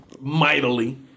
mightily